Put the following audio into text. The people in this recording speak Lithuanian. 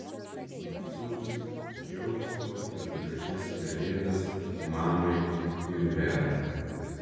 nusiųsk džiaugsmo ir gražias kalėdas mamai ir verai